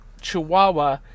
chihuahua